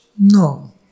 No